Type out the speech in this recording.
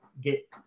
get